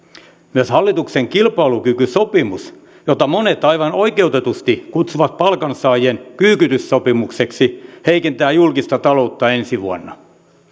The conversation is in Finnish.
myös hallituksen kilpailukykysopimus jota monet aivan oikeutetusti kutsuvat palkansaajien kyykytyssopimukseksi heikentää julkista taloutta ensi vuonna